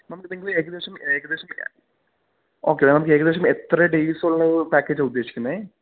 നമുക്ക് ഇത് ഏകദേശം ഏകദേശം ഓക്കെ നമുക്ക് ഏകദേശം എത്ര ഡെയ്സുള്ള പാക്കേജാണ് ഉദ്ദേശിക്കുന്നത്